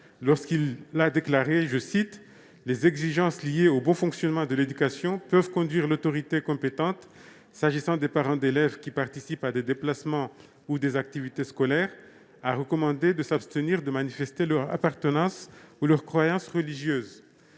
lorsqu'il a déclaré que « les exigences liées au bon fonctionnement de l'éducation peuvent conduire l'autorité compétente, s'agissant des parents d'élèves qui participent à des déplacements ou des activités scolaires, à recommander de s'abstenir de manifester leur appartenance ou leurs croyances religieuses ».